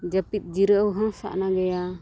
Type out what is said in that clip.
ᱡᱟᱹᱯᱤᱫ ᱡᱤᱨᱟᱹᱣ ᱦᱚᱸ ᱥᱟᱱᱟ ᱜᱮᱭᱟ